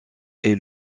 est